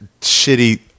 shitty